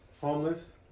homeless